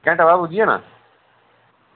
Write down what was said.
घैंटा बाद पुज्जी जाना